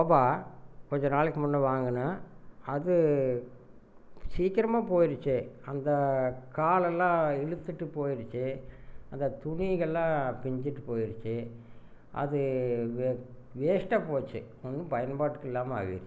sofa கொஞ்சம் நாளைக்கு முன்னே வாங்கின அது சீக்கிரமாக போய்டிச்சு அந்த காலுல்லாம் இழுத்துகிட்டு போய்டுச்சு அந்த துணிகள்லாம் பிஞ்சிகிட்டு போய்டுச்சு அது வேஸ்ட்டாக போச்சு ஒன்றும் பயன்பாட்டுக்கு இல்லாமல் ஆயிடிச்சு